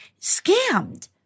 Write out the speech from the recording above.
scammed